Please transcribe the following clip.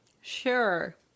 Sure